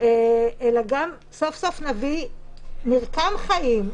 אלא סוף סוף נביא מרקם חיים,